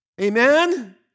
Amen